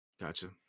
Gotcha